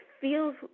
feels